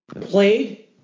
played